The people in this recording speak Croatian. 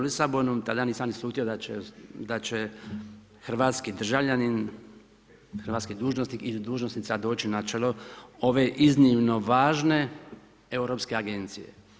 Lisabonu, tada nisam ni slutio da će hrvatski državljanin, hrvatski dužnosnik ili dužnosnica doći na čelo ove iznimno važne europske agencije.